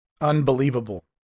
unbelievable